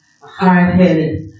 hard-headed